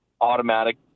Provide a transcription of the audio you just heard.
automatic